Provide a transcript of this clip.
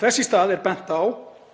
Þess í stað er bent á,